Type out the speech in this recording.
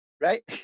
right